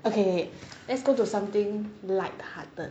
okay let's go do something light hearted